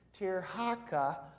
Tirhaka